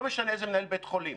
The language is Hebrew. לא משנה איזה מנהל בית חולים,